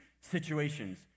situations